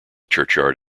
churchyard